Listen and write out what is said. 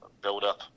buildup